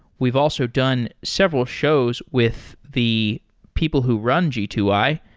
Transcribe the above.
we've also done several shows with the people who run g two i,